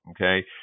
okay